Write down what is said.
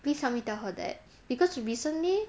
please help me tell her that because recently